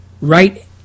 right